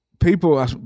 People